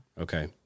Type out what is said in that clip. Okay